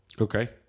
Okay